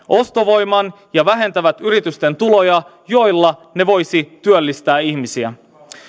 ostovoiman ja vähentävät yritysten tuloja joilla ne voisivat työllistää ihmisiä